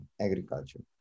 agriculture